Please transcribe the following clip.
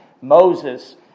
Moses